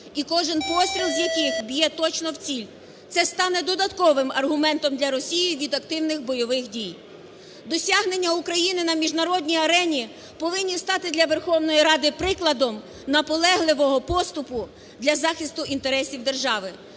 і кожен постріл з яких б'є точно в ціль. Це стане додатковим аргументом для Росії від активних бойових дій. Досягнення України на міжнародній арені повинні стати для Верховної Ради прикладом наполегливого поступу для захисту інтересів держави.